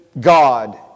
God